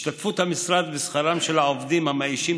השתתפות המשרד בשכרם של העובדים המאיישים